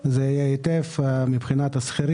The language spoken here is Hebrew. הצעת החוק משתלבת היטב עם התוכנית הזו.